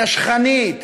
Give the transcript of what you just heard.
נשכנית,